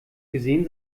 gesehen